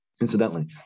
Incidentally